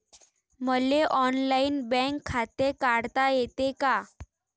मले online bank खाते काढता येते का?